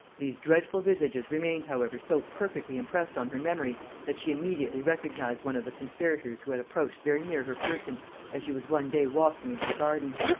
these dreadful visages remained however so perfectly impressed on her memory, that she immediately recognised one of the conspirators who had approached very near her person as she was one day walking in her garden.